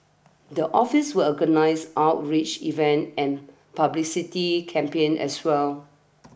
the office will organise outreach events and publicity campaigns as well